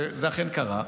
וזה אכן קרה,